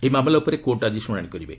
ଏହି ମାମଲା ଉପରେ କୋର୍ଟ୍ ଆଜି ଶୁଣାଣି କରିବେ